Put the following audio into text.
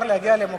לא נכון.